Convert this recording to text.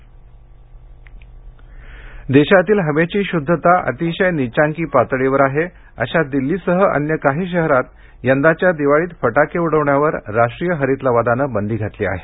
फटाके देशभरातील हवेची शुद्धता अतिशय नीचांकी पातळीवर आहे अशा दिल्लीसह अन्य काही शहरात यंदाच्या दिवाळीत फटाके उडवण्यावर राष्ट्रीय हरित लवादाने बंदी घातली आहे